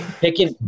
Picking